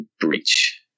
breach